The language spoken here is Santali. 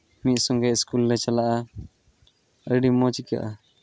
ᱢᱤᱫ ᱥᱚᱝᱜᱮ ᱥᱠᱩᱞ ᱞᱮ ᱪᱟᱞᱟᱜᱼᱟ ᱟᱹᱰᱤ ᱢᱚᱡᱽ ᱟᱹᱭᱠᱟᱹᱜᱼᱟ